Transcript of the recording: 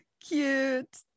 cute